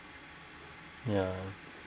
ya